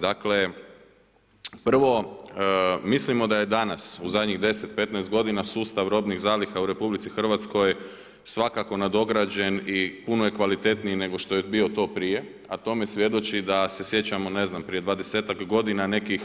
Dakle prvo, mislimo da je danas u zadnjih 10, 15 godina sustav robnih zaliha u RH svakako nadograđen i puno je kvalitetniji nego što je bio to prije a tome svjedoči da se sjećamo ne znam prije 20-ak godina nekih